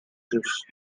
juice